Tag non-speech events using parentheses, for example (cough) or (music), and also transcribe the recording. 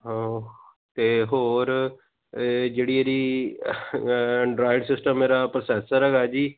ਹਾਂ ਅਤੇ ਹੋਰ ਜਿਹੜੀ ਇਹਦੀ (unintelligible) ਐਂਡਰਾਈਡ ਸਿਸਟਮ ਇਹਦਾ ਪ੍ਰੋਸੈਸਰ ਹੈਗਾ ਜੀ